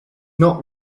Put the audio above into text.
not